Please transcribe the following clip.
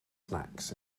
snacks